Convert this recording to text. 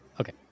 Okay